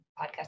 podcast